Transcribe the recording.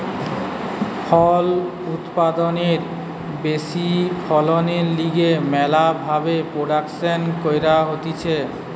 ফল উৎপাদনের ব্যাশি ফলনের লিগে ম্যালা ভাবে প্রোপাগাসন ক্যরা হতিছে